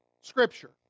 Scripture